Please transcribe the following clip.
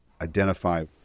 identify